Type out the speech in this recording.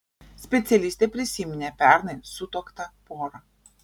specialistė prisiminė pernai sutuoktą porą